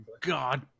god